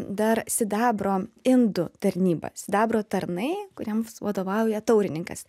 dar sidabro indų tarnyba sidabro tarnai kuriems vadovauja taurininkas